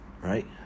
Right